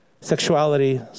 sexuality